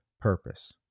purpose